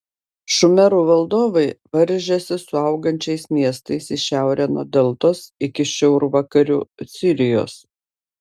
šumerų valdovai varžėsi su augančiais miestais į šiaurę nuo deltos iki šiaurvakarių sirijos